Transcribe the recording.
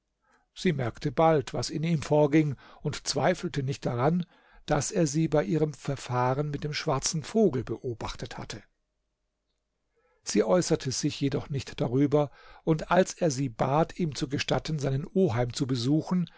sie merkte bald was in ihm vorging und zweifelte nicht daran daß er sie bei ihrem verfahren mit dem schwarzen vogel beobachtet habe sie äußerte sich jedoch nicht darüber und als er sie bat ihm zu gestatten seinen oheim zu besuchen